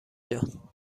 جان